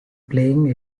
playing